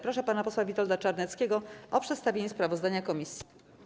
Proszę pana posła Witolda Czarneckiego o przedstawienie sprawozdania komisji.